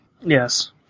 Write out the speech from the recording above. yes